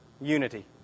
unity